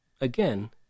Again